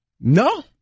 No